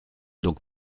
donc